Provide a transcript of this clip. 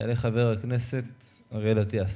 יעלה חבר הכנסת אריאל אטיאס.